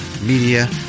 Media